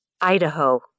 Idaho